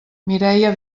mireia